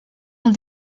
ont